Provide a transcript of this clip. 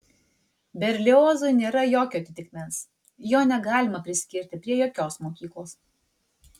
berliozui nėra jokio atitikmens jo negalima priskirti prie jokios mokyklos